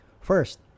First